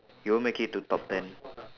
you won't make it to top ten